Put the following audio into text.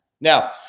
Now